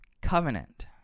covenant